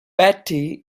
patti